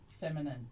feminine